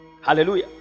Hallelujah